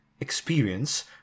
experience